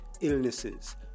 illnesses